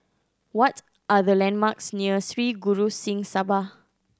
what are the landmarks near Sri Guru Singh Sabha